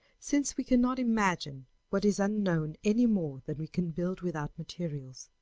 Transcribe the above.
since we cannot imagine what is unknown any more than we can build without materials.